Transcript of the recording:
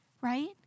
Right